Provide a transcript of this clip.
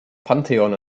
pantheon